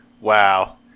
Wow